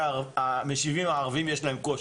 מהמשיבים הערביים יש קושי,